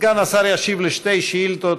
סג השר ישיב על שתי שאילתות,